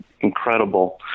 incredible